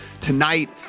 tonight